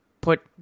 put